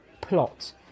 plot